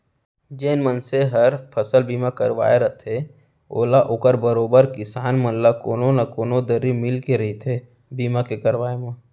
जेन मनसे हर फसल बीमा करवाय रथे ओला ओकर बरोबर किसान मन ल कोनो न कोनो दरी मिलके रहिथे बीमा के करवाब म